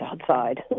outside